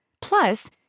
Plus